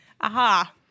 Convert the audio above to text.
Aha